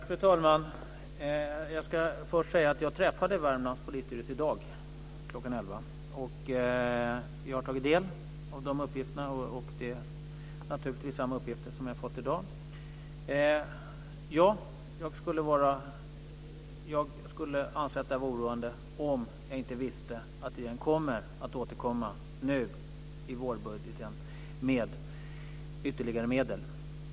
Fru talman! Jag ska först säga att jag träffade Värmlands polisstyrelse i dag kl. 11. Jag har tagit del av dessa uppgifter, och det är naturligtvis samma uppgifter som jag har fått i dag. Ja, jag skulle anse att detta var oroande om jag inte visste att regeringen kommer att återkomma nu i vårbudgeten med ytterligare medel.